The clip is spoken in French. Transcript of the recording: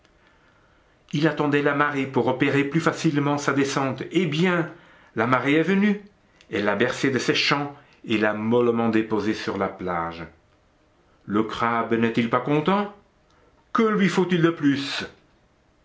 il attendait la marée pour opérer plus facilement sa descente eh bien la marée est venue elle l'a bercé de ses chants et l'a mollement déposé sur la plage le crabe n'est-il pas content que lui faut-il de plus